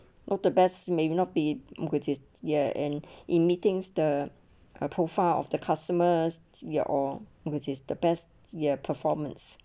not the best may not be which is there and in meetings the profile of the customers ya or which is the best ya uh performance